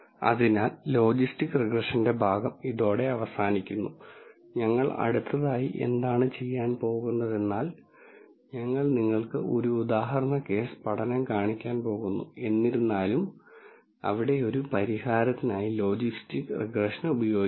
അതിനാൽ ലോജിസ്റ്റിക് റിഗ്രഷന്റെ ഭാഗം ഇതോടെ അവസാനിക്കുന്നു ഞങ്ങൾ അടുത്തതായി എന്താണ് ചെയ്യാൻ പോകുന്നത് എന്നാൽ ഞങ്ങൾ നിങ്ങൾക്ക് ഒരു ഉദാഹരണ കേസ് പഠനം കാണിക്കാൻ പോകുന്നു അവിടെ ഒരു പരിഹാരത്തിനായി ലോജിസ്റ്റിക് റിഗ്രഷൻ ഉപയോഗിക്കുന്നു